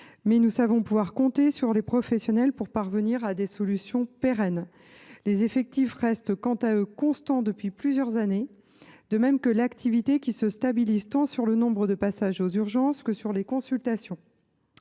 mais nous savons pouvoir compter sur les professionnels pour parvenir à des solutions pérennes. Les effectifs restent quant à eux constants depuis plusieurs années, de même que l’activité, qui se stabilise tant pour le nombre de passages aux urgences que pour les consultations.